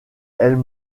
elle